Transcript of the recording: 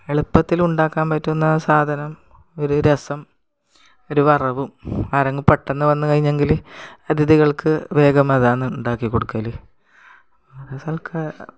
എളുപ്പത്തിൽ ഉണ്ടാക്കാൻ പറ്റുന്ന സാധനം ഒരു രസം ഒരു വറവും ആരെങ്കിലും പെട്ടെന്നു വന്നു കഴിഞ്ഞെങ്കിൽ അതിഥികൾക്ക് വേഗം അതാണെന്ന് ഉണ്ടാക്കി കൊടുക്കൽ അത് സൽക്കാ